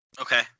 Okay